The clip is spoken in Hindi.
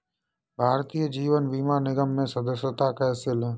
भारतीय जीवन बीमा निगम में सदस्यता कैसे लें?